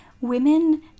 women